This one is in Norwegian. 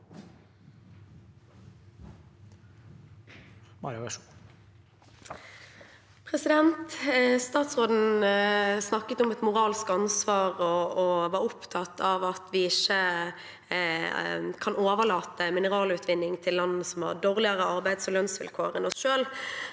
Statsråden snakket om et moralsk ansvar og var opptatt av at vi ikke kan overlate mineralutvinning til land som har dårligere arbeids- og lønnsvilkår enn oss selv,